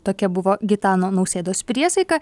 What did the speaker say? tokia buvo gitano nausėdos priesaika